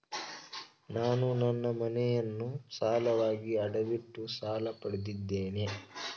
ನಾನು ನನ್ನ ಮನೆಯನ್ನು ಸಾಲವಾಗಿ ಅಡವಿಟ್ಟು ಸಾಲ ಪಡೆದಿದ್ದೇನೆ